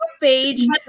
page